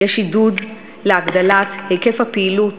יש עידוד להגדלת היקף הפעילות